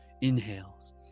Inhales